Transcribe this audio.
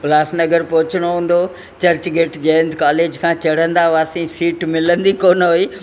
उल्हासनगर पहुचणो हूंदो हो चर्च गेट जय हिंद कोलेज खां चढ़न्दा हुआसीं सीट मिलंदी कोन हुई